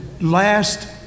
last